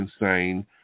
insane